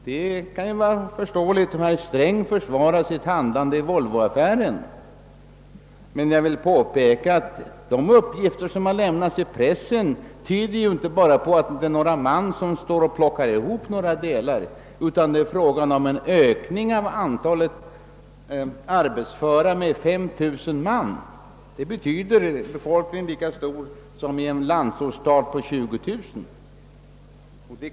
Det kan vara förståeligt om herr Sträng försvarar sitt handlande i Volvoaffären, men jag vill påpeka att de uppgifter som lämnats i pressen tyder på att det därvid inte bara gällde några man som skulle plocka ihop delar utan var fråga om en ökning av antalet anställda med 5 000 personer, Det betyder totalt ett antal motsvarande vad som finns i en landsortsstad på 20000 invånare.